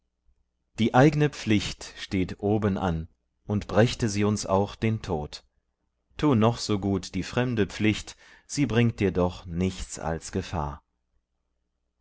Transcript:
die eigne pflicht steht oben an und brächte sie uns auch den tod tu noch so gut die fremde pflicht sie bringt dir doch nichts als gefahr